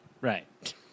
right